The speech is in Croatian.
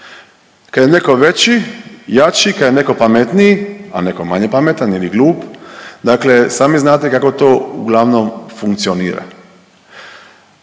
Kad je netko veći, jači, kad je netko pametniji, a netko manje pametan i glup, dakle sami znate kako to uglavnom funkcionira.